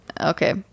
Okay